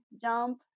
jump